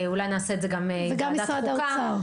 אולי נעשה את זה גם עם ועדת חוקה.